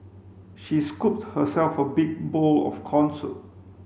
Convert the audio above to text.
she scooped herself a big bowl of corn soup